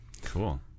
Cool